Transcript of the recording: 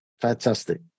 fantastic